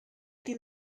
did